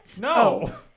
No